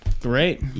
Great